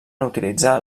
utilitzar